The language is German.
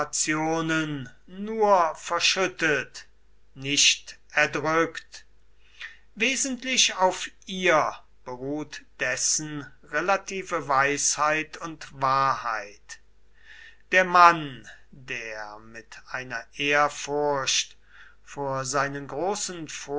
nur verschüttet nicht erdrückt wesentlich auf ihr beruht dessen relative weisheit und wahrheit der mann der mit einer ehrfurcht vor seinen großen